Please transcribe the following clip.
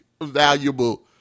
valuable